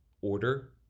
order